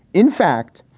in fact,